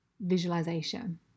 visualization